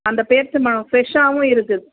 அந்த பேரிச்சம்பழம் ஃப்ரெஷ்ஷாகவும் இருக்குது